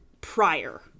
prior